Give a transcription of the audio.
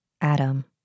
Adam